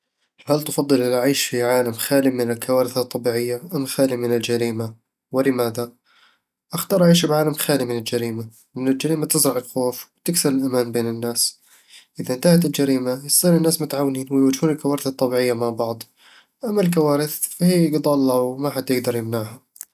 هل تفضل العيش في عالم خالٍ من الكوارث الطبيعية أم خالٍ من الجريمة؟ ولماذا؟ أختار أعيش بعالم خالي من الجريمة لأن الجريمة تزرع الخوف وتكسر الأمان بين الناس إذا انتهت الجريمة، يصير الناس متعاونين ويواجهون الكوارث الطبيعية مع بعض أما الكوارث، فهي قضاء الله وما حد يقدر يمنعها